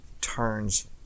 turns